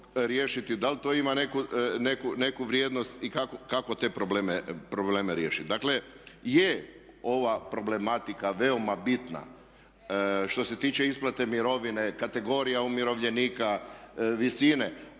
da li to ima neku vrijednost i kako te probleme riješiti. Dakle je, ova problematika veoma bitna što se tiče isplate mirovine, kategorija umirovljenika, visine.